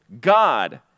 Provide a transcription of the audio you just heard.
God